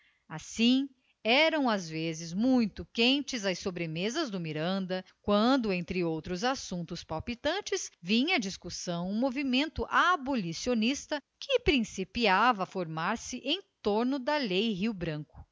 assim eram às vezes muito quentes as sobremesas do miranda quando entre outros assuntos palpitantes vinha à discussão o movimento abolicionista que principiava a formar-se em torno da lei rio branco